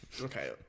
okay